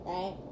Right